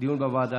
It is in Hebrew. דיון בוועדה.